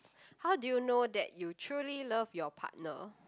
how do you know that you truly love your partner